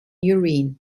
urine